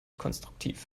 konstruktiv